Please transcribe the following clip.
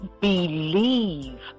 believe